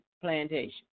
plantation